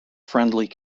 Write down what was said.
friendly